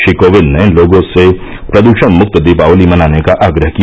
श्री कोविंद ने लोगों से प्रदूषण मुक्त दीपावली मनाने का आग्रह किया